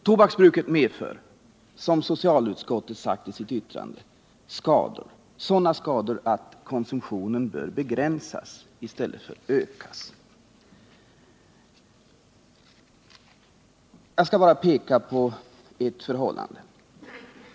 Tobaksbruket medför, som socialutskottet har sagt i sitt yttrande, skador som motiverar att konsumtionen bör begränsas i stället för att ökas. Jag skall bara peka på ett förhållande.